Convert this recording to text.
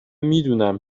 میدونم